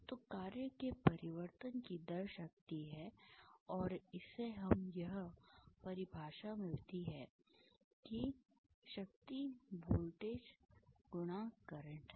तो कार्य के परिवर्तन की दर शक्ति है और इससे हमें यह परिभाषा मिलती है कि शक्ति वोल्टेज × करंट है